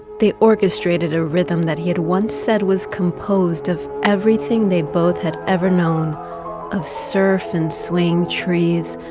they orchestrated a rhythm that he had once said was composed of everything they both had ever known of surf and swing trees,